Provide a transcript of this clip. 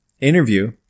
interview